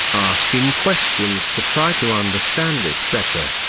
asking questions to try to understand it better.